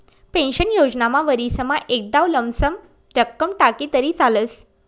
pension योजनामा वरीसमा एकदाव लमसम रक्कम टाकी तरी चालस